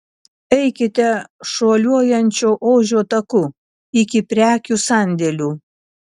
eikite šuoliuojančio ožio taku iki prekių sandėlių